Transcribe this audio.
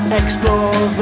explore